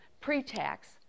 pre-tax